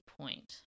point